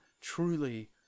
truly